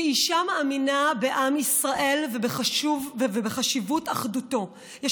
כאישה המאמינה בעם ישראל ובחשיבות אחדותו יש